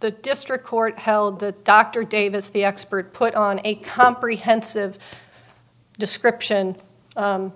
the district court held that dr davis the expert put on a comprehensive description